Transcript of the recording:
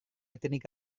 etenik